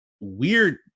weird